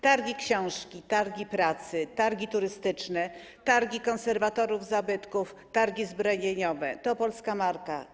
Targi książki, targi pracy, targi turystyczne, targi konserwatorów zabytków, targi zbrojeniowe - to polska marka.